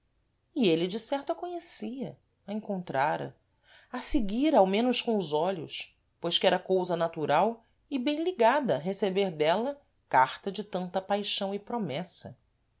e êle de certo a conhecia a encontrara a seguira ao menos com os olhos pois que era cousa natural e bem ligada receber dela carta de tanta paixão e promessa